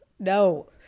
No